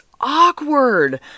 awkward